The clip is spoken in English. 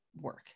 work